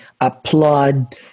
applaud